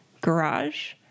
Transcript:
garage